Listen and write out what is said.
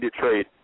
trade